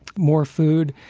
more food,